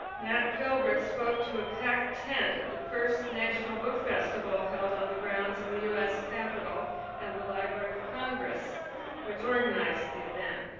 nat philbrick spoke to a packed tent at the first national book festival held on the grounds of the us capitol and the library of congress which organized the event.